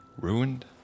ruined